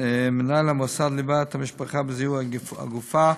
מנהל המוסד ליווה את המשפחה בזיהוי הגופה.